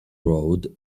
road